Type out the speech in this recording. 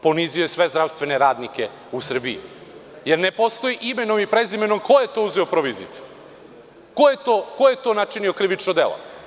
Ponizio je sve zdravstvene radnike u Srbiji, jer ne postoji imenom i prezimenom ko je to uzeo provizijicu, ko je to načinio krivično delo.